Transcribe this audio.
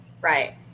Right